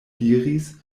diris